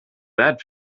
that